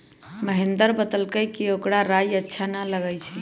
महेंदर बतलकई कि ओकरा राइ अच्छा न लगई छई